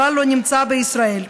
כלל לא נמצא בישראל.